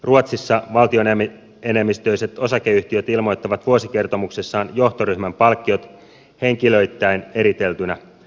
ruotsissa valtioenemmistöiset osakeyhtiöt ilmoittavat vuosikertomuksissaan johtoryhmän palkkiot henkilöittäin eriteltyinä